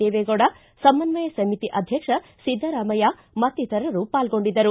ದೇವೇಗೌಡ ಸಮನ್ನಯ ಸಮಿತಿ ಅಧ್ಯಕ್ಷ ಸಿದ್ದರಾಮಯ್ಯ ಮತ್ತಿತರರು ಪಾಲ್ಗೊಂಡಿದ್ದರು